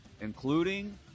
including